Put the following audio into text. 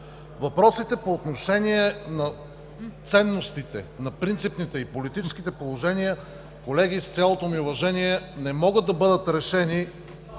Въпросите по отношение на ценностите, на принципните и политическите положения, колеги, с цялото ми уважение, не могат да бъдат решени